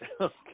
Okay